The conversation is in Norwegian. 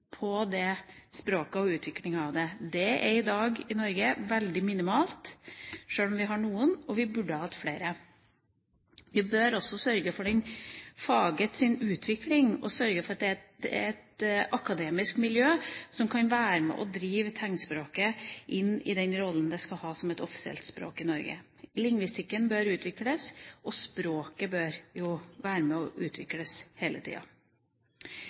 det. Det er i dag i Norge veldig minimalt, sjøl om vi har noen, og vi burde hatt flere. Vi bør også sørge for fagets utvikling, sørge for at det er et akademisk miljø som kan drive tegnspråket inn i den rollen det skal ha som et offisielt språk i Norge. Lingvistikken bør utvikles, og språket bør jo utvikles hele tida.